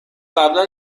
قبلا